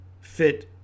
fit